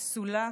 פסולה,